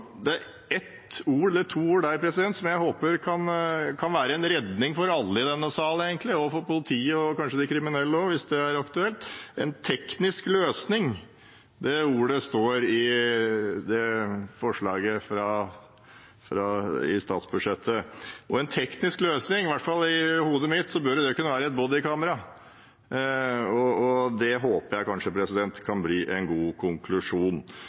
er det et par ord der som jeg håper kan være en redning for alle i denne salen, og for politiet og kanskje de kriminelle også hvis det er aktuelt. Det er en «teknisk løsning». De ordene står i det forslaget fra statsbudsjettet. I mitt hode bør en teknisk løsning